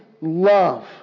love